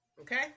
okay